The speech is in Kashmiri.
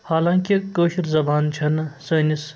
حالانٛکہِ کٲشِر زبان چھنہٕ سٲنِس